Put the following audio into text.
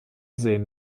sehen